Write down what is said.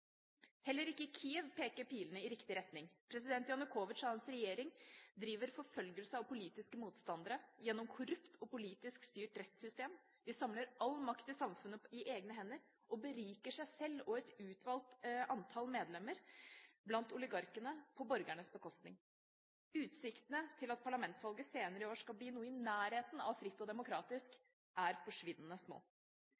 Heller ikke i Kiev peker pilene i riktig retning. President Janukovitsj og hans regjering driver forfølgelse av politiske motstandere gjennom et korrupt og politisk styrt rettssystem, de samler all makt i samfunnet i egne hender og beriker seg sjøl og et utvalgt antall medlemmer blant oligarkene på borgernes bekostning. Utsiktene til at parlamentsvalget senere i år skal bli noe i nærheten av fritt og demokratisk,